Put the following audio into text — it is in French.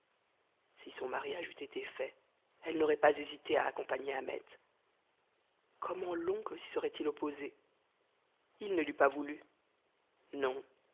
si son mariage eût été fait elle n'aurait pas hésité à accompagner ahmet comment l'oncle s'y serait-il opposé il ne l'eût pas voulu non